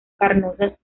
carnosas